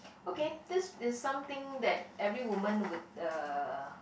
okay this is something that every woman would uh